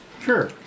Sure